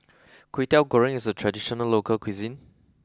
Kwetiau Goreng is a traditional local cuisine